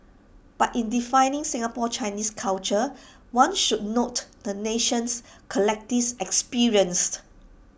but in defining Singapore Chinese culture one should note the nation's collective experience